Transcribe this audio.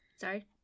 Sorry